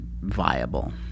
viable